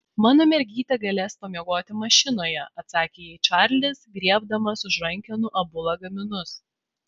mano mergytė galės pamiegoti mašinoje atsakė jai čarlis griebdamas už rankenų abu lagaminus